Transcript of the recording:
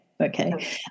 okay